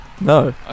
no